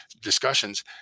discussions